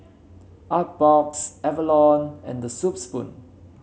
Artbox Avalon and The Soup Spoon